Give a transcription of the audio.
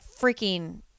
freaking